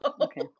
okay